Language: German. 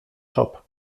job